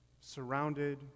surrounded